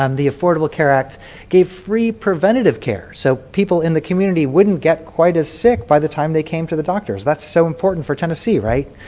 um the affordable care act gave free preventative care so people in the community wouldn't get quite as sick by the time they came to the doctors that's so important for tennessee, right?